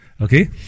okay